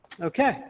Okay